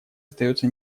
остается